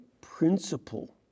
principle